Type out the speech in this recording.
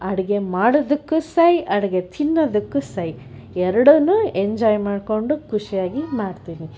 ಅಡುಗೆ ಮಾಡೋದಕ್ಕೂ ಸೈ ಅಡುಗೆ ತಿನ್ನೋದಕ್ಕೂ ಸೈ ಎರಡನ್ನು ಎಂಜಾಯ್ ಮಾಡಿಕೊಂಡು ಖುಷಿಯಾಗಿ ಮಾಡ್ತೀನಿ